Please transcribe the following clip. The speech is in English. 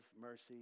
mercy